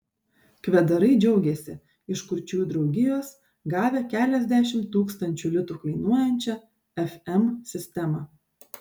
kvedarai džiaugiasi iš kurčiųjų draugijos gavę keliasdešimt tūkstančių litų kainuojančią fm sistemą